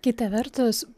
kita vertus